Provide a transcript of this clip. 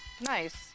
Nice